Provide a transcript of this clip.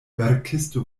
verkisto